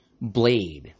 Blade